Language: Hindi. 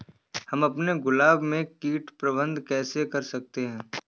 हम अपने गुलाब में कीट प्रबंधन कैसे कर सकते है?